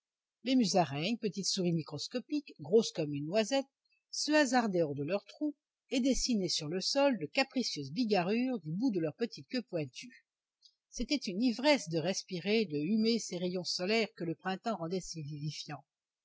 les musaraignes petites souris microscopiques grosses comme une noisette se hasardaient hors de leur trou et dessinaient sur le sol de capricieuses bigarrures du bout de leur petite queue pointue c'était une ivresse de respirer de humer ces rayons solaires que le printemps